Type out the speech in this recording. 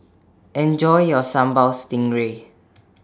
Enjoy your Sambal Stingray